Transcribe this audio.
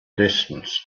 distance